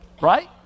right